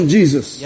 Jesus